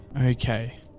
Okay